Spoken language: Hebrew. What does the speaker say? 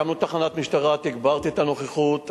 הקמנו תחנת משטרה, תגברתי את הנוכחות.